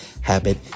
habit